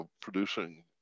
producing